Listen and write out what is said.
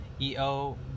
EO